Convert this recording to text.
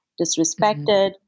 disrespected